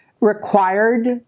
required